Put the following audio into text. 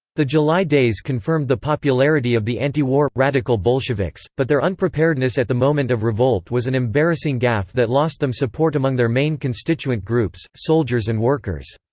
the july days confirmed the popularity of the anti-war, radical bolsheviks, but their unpreparedness at the moment of revolt was an embarrassing gaffe that lost them support among their main constituent groups soldiers and workers.